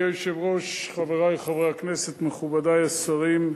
אדוני היושב-ראש, חברי חברי הכנסת, מכובדי השרים,